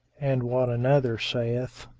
and what another saith,